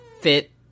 fit